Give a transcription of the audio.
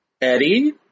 Eddie